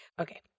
Okay